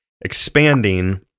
expanding